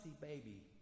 baby